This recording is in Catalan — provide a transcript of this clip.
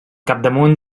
capdamunt